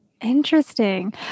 Interesting